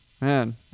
man